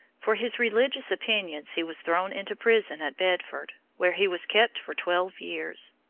for his religious opinions he was thrown into prison at bedford, where he was kept for twelve years.